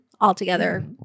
altogether